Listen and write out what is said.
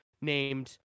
named